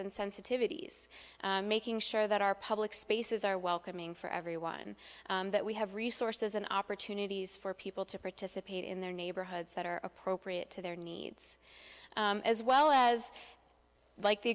and sensitivities making sure that our public spaces are welcoming for everyone that we have resources and opportunities for people to participate in their neighborhoods that are appropriate to their needs as well as like the